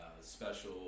special